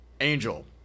Angel